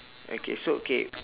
okay so okay